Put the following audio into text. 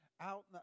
out